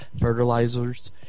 fertilizers